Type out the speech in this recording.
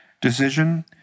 decision